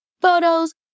photos